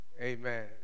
Amen